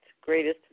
greatest